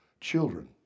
Children